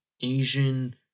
Asian